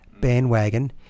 bandwagon